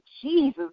Jesus